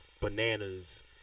bananas